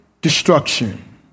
destruction